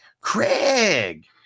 Craig